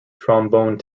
trombone